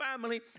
family